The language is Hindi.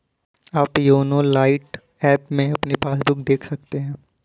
आप योनो लाइट ऐप में अपनी पासबुक देख सकते हैं